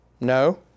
No